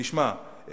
תשמע,